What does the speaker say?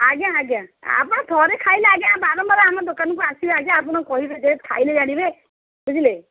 ଆଜ୍ଞା ଆଜ୍ଞା ଆପଣ ଥରେ ଖାଇଲେ ଆଜ୍ଞା ବାରମ୍ବାର ଆମ ଦୋକାନକୁ ଆସିବେ ଆଜ୍ଞା ଆପଣଙ୍କୁ କହିବେ ଯେ ଖାଇଲେ ଜାଣିବେ ବୁଝିଲେ